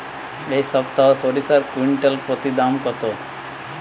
এই সপ্তাহে সরিষার কুইন্টাল প্রতি দাম কত?